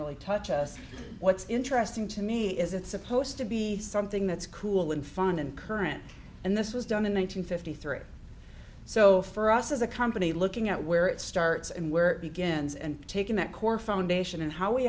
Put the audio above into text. really touch us what's interesting to me is it's supposed to be something that's cool and fun and current and this was done in one nine hundred fifty three so for us as a company looking at where it starts and where it begins and taking that core foundation and how we